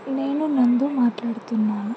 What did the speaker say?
నేను నందు మాట్లాడుతున్నాను